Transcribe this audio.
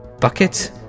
Bucket